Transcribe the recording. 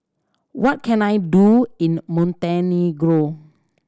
what can I do in Montenegro